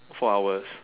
four hours